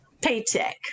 Paycheck